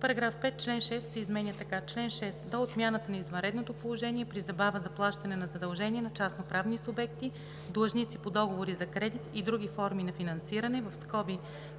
„§ 5. Член 6 се изменя така: „Чл. 6. До отмяната на извънредното положение при забава за плащане на задължения на частноправни субекти, длъжници по договори за кредит и други форми на финансиране